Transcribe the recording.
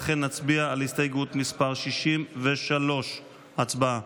לכן נצביע על הסתייגות מס' 63. הצבעה.